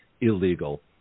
illegal